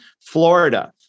Florida